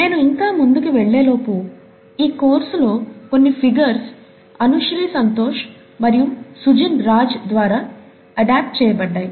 నేను ఇంకా ముందుకి వెళ్ళేలోపు ఈ కోర్సులో కొన్ని ఫిగర్స్ అనుశ్రీ సంతోష్ మరియు సుజిన్ రాజ్ ద్వారా అడాప్ట్ చేయబడ్డాయి